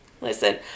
listen